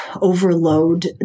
overload